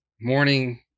morning